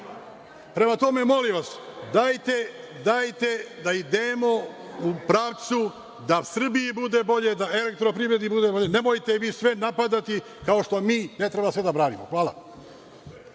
radi? Prema tome, molim vas, dajte da idemo u pravcu da Srbiji bude bolje, da elektroprivredi bude bolje. Nemojte vi sve napadati, kao što mi ne treba sve da branimo. Hvala.